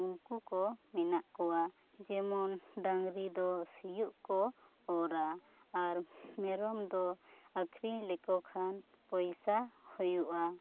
ᱩᱱᱠᱩ ᱠᱚ ᱢᱮᱱᱟᱜ ᱠᱚᱣᱟ ᱡᱮᱢᱚᱱ ᱰᱟᱝᱨᱤ ᱫᱚ ᱥᱤᱭᱚᱜ ᱠᱚ ᱚᱨᱟ ᱟᱨ ᱢᱮᱨᱚᱢ ᱫᱚ ᱟᱹᱠᱷᱨᱤᱧ ᱞᱮᱠᱚ ᱠᱷᱟᱱ ᱯᱚᱭᱥᱟ ᱦᱩᱭᱩᱜᱼᱟ